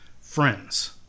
friends